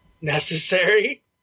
Necessary